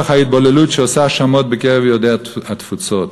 ההתבוללות שעושה שמות בקרב יהודי התפוצות.